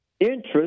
interest